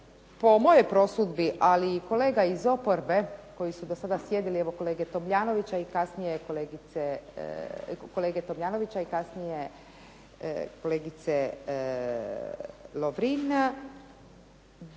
po mojoj prosudbi ali i kolega iz oporbe koji su sjedili, evo kolege Tomljanovića kasnije kolegice Lovrin,